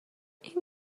این